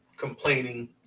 complaining